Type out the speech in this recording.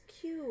cute